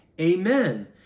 amen